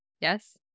yes